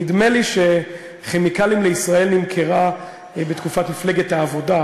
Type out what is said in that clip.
נדמה לי ש"כימיקלים לישראל" נמכרה בתקופת מפלגת העבודה,